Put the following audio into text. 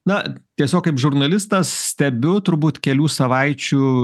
na tiesiog kaip žurnalistas stebiu turbūt kelių savaičių